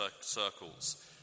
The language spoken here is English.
circles